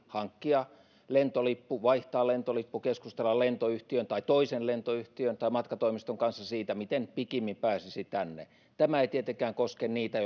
hankkia lentolippu vaihtaa lentolippu keskustella lentoyhtiön tai toisen lentoyhtiön tai matkatoimiston kanssa siitä miten pikimmin pääsisi tänne tämä ei tietenkään koske niitä